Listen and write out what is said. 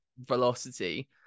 velocity